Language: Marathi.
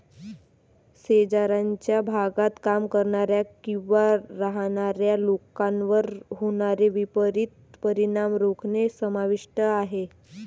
शेजारच्या भागात काम करणाऱ्या किंवा राहणाऱ्या लोकांवर होणारे विपरीत परिणाम रोखणे समाविष्ट आहे